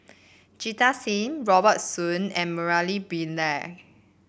Jita Singh Robert Soon and Murali Pillai